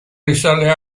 risale